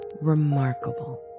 remarkable